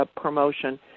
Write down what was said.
promotion